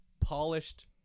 polished